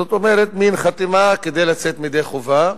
זאת אומרת, מין חתימה כדי לצאת ידי חובה.